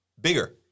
bigger